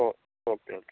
oh okay okay